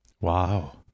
Wow